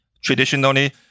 traditionally